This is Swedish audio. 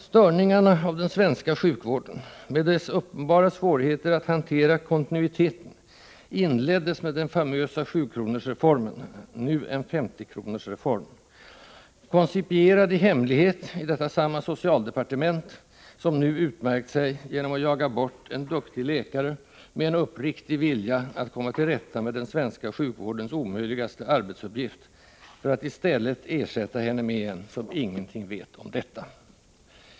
Störningarna av den svenska sjukvården, med dess uppenbara svårigheter att hantera kontinuiteten, inleddes med den famösa 7-kronorsreformen — nu en 50-kronorsreform — koncipierad i hemlighet i detta samma socialdepartement som nu utmärkt sig genom att jaga bort en duktig läkare, med en uppriktig vilja att komma till rätta med den svenska sjukvårdens omöjligaste arbetsuppgift, för att i stället ersätta henne med en som ingenting vet om detta verksamhetsområde.